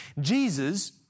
Jesus